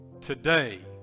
today